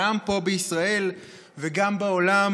גם פה בישראל וגם בעולם,